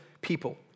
people